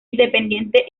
independiente